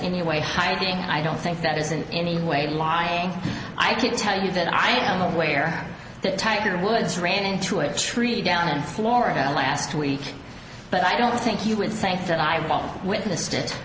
any way hiding i don't think that is an any way a lie i can't tell you that i am aware that tiger woods ran into a tree down in florida last week but i don't think you would say that i have witnessed it